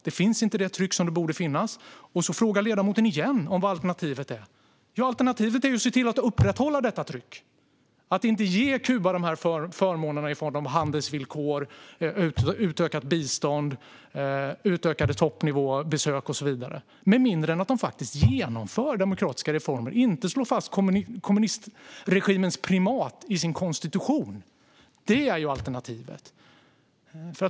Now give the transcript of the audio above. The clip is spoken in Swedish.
Det tryck som borde finnas finns inte. Ledamoten frågar igen vad alternativet är. Alternativet är att se till att upprätthålla detta tryck och att inte ge Kuba de här förmånerna i form av handelsvillkor, utökat bistånd, utökade toppnivåbesök och så vidare med mindre än att de genomför demokratiska reformer och inte slår fast kommunistregimens primat i sin konstitution. Det är alternativet.